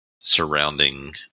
surrounding